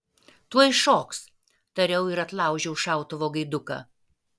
tuoj šoks tariau ir atlaužiau šautuvo gaiduką